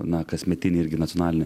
na kasmetinį irgi nacionalinį